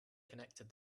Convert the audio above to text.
connected